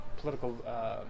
political